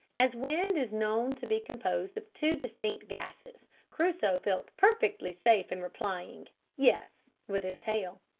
as wind is known to be composed of two distinct gases, crusoe felt perfectly safe in replying yes, with his tail.